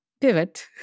pivot